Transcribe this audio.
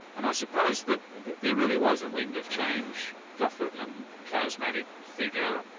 and i suppose that there really was a wind of change. gough whitlam, charismatic figure,